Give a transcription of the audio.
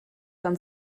dann